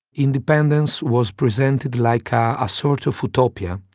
independence was presented like ah a sort of utopia.